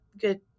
good